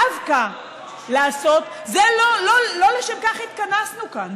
לעשות דווקא, לא לשם כך התכנסנו כאן.